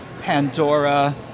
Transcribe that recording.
Pandora